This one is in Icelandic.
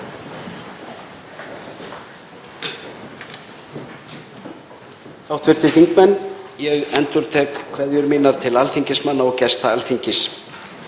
Hv. þingmenn. Ég endurtek kveðjur mínar til alþingismanna og gesta Alþingis.